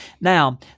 Now